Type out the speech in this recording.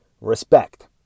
respect